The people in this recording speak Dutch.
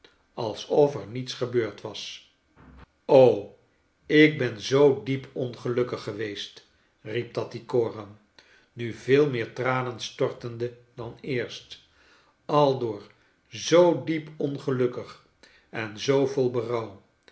of er niets gebeurd was o ik ben zoo diep ongelukkig geweest riep tattycoram nu veel meer tranen stortende dan eerst y aldoor zoo diep ongelukkig en zoo vol berouw